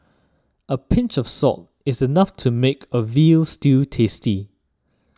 a pinch of salt is enough to make a Veal Stew tasty